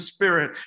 Spirit